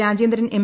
Rajendran M